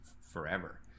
forever